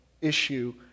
issue